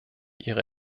ihre